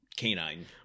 canine